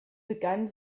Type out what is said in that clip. begann